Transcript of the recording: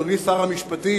אדוני שר המשפטים,